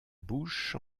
bouche